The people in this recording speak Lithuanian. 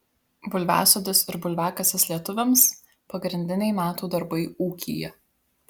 bulviasodis ir bulviakasis lietuviams pagrindiniai metų darbai ūkyje